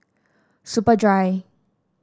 Superdry